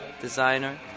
designer